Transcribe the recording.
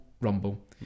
rumble